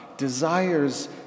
desires